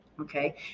okay